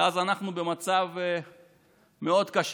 כי אז אנחנו במצב מאוד קשה.